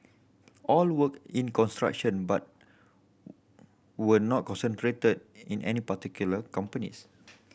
all worked in construction but were not concentrated in any particular companies